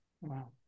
Wow